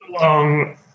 long